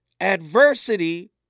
Adversity